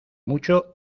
mucho